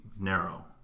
narrow